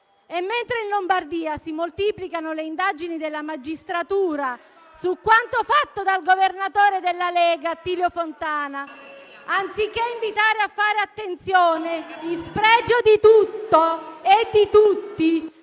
Mentre in Lombardia si moltiplicano le indagini della magistratura su quanto fatto dal governatore della Lega Attilio Fontana, anziché invitare a fare attenzione, in spregio di tutto e di tutti,